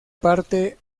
parte